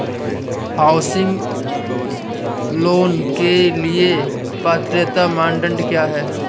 Housing loan के लिए पात्रता मानदंड क्या हैं?